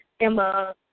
Emma